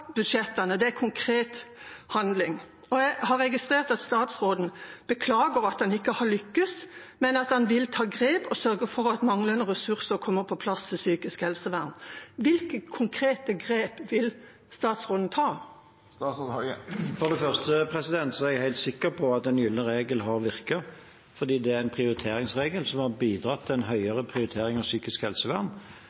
det er konkret handling. Jeg har registrert at statsråden beklager at han ikke har lykkes, men at han vil ta grep og sørge for at manglende ressurser kommer på plass til psykisk helsevern. Hvilke konkrete grep vil statsråden ta? For det første er jeg helt sikker på at den gylne regel har virket, for det er en prioriteringsregel som har bidratt til en